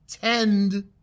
Tend